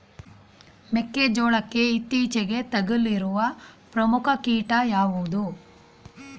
ಮೆಕ್ಕೆ ಜೋಳಕ್ಕೆ ಇತ್ತೀಚೆಗೆ ತಗುಲಿರುವ ಪ್ರಮುಖ ಕೀಟ ಯಾವುದು?